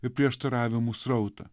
ir prieštaravimų srautą